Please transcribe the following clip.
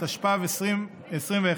התשפ"ב 2021,